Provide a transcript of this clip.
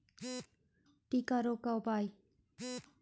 टिक्का रोग का उपाय?